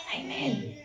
Amen